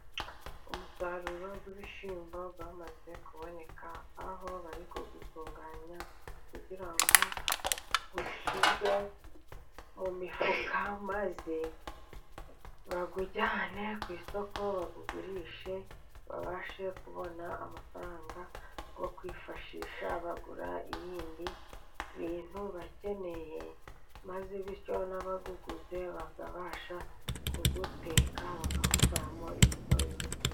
Umusaruro w'ibishyimbo wamaze kuboneka aho bari kuwutunganya kugira ngo ushyirwe mu mifuka, maze bawujyane ku isoko bawugurishe babashe kubona amafaranga yo kwifashisha bagura ibindi bintu bakeneye, maze bityo n'abawuguze bakabasha kuwuteka bakawukoramo indyo yuzuye.